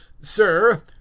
sir